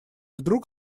вдруг